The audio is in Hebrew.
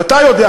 ואתה יודע,